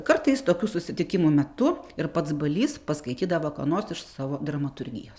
kartais tokių susitikimų metu ir pats balys paskaitydavo ką nors iš savo dramaturgijos